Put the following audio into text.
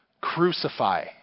Crucify